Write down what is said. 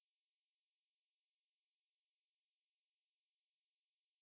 oh oh you asking me if it's fun oh err ya it is fun